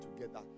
together